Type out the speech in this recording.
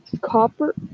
copper